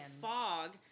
fog